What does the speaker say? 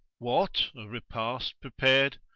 what, a repast prepared?